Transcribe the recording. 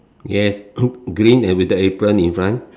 yes green and with the apron in front